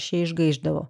šie išgaišdavo